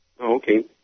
Okay